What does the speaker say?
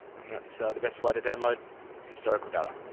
and that's the best way to download historical data.